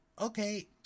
okay